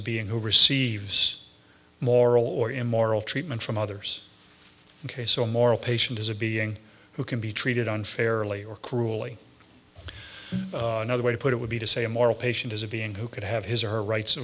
a being who receives moral or immoral treatment from others ok so a moral patient is a being who can be treated unfairly or cruelly another way to put it would be to say a moral patient is a being who could have his or her rights